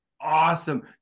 awesome